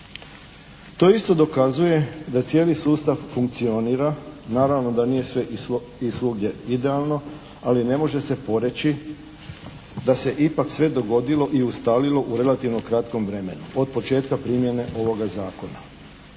To isto dokazuje da cijeli sustav funkcionira. Naravno da nije sve i svugdje idealno, ali ne može se poreći da se ipak sve dogodilo i ustalilo u relativno kratkom vremenu od početka primjene ovoga zakona.